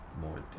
more